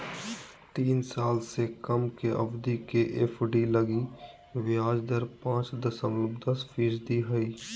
तीन साल से कम के अवधि के एफ.डी लगी ब्याज दर पांच दशमलब दस फीसदी हइ